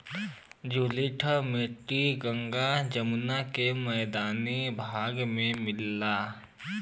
जलोढ़ मट्टी गंगा जमुना के मैदानी भाग में मिलला